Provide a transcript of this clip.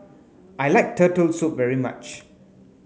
I like turtle soup very much